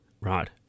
right